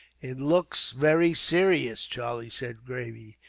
it looks very serious, charlie said, gravely.